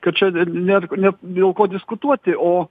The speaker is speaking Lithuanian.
kad čia net net dėl ko diskutuoti o